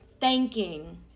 thanking